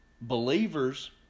believers